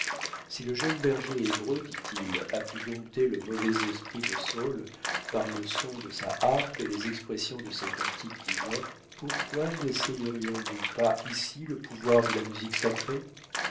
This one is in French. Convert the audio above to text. si le jeune berger hébreu dit-il a pu dompter le mauvais esprit de saül par le son de sa harpe et les expressions de ses cantiques divins pourquoi nessaierions nous pas ici le pouvoir de la musique sacrée